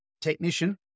technician